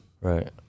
Right